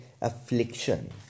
affliction